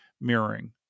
mirroring